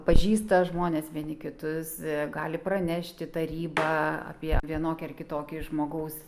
pažįsta žmonės vieni kitus gali pranešti taryba apie vienokį ar kitokį žmogaus